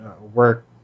work